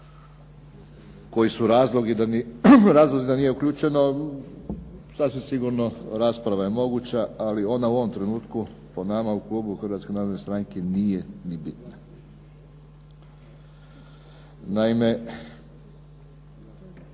koji su razlozi da nije uključeno sasvim sigurno rasprava je moguća ali ona u ovom trenutku po nama u klubu Hrvatske narodne stranke nije ni bitna. Naime,